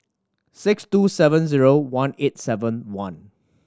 six two seven zero one eight seven one